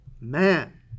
man